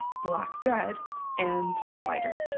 black thread and a lighter.